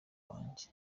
wanjye